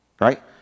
Right